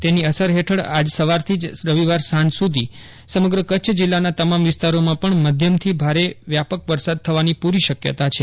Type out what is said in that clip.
તેની અસર હેઠળ આજ સવારથી રવિવાર સાંજ સુધી સમગ્ર કચ્છ જિલ્લાના તમામ વિસ્તારોમાં પણ મધ્યમથી ભારે વ્યાપક વરસાદ થવાની પૂરી શક્યતા છે